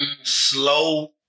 Slow